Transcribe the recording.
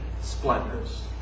splendors